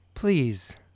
Please